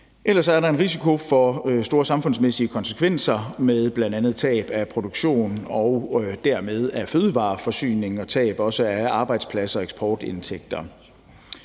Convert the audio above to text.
Ellers er der en risiko for store samfundsmæssige konsekvenser med bl.a. tab af produktion og dermed for fødevareforsyningen og tab af også arbejdspladser og eksportindtægter.